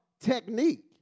technique